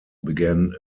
began